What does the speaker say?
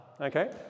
Okay